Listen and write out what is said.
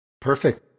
Perfect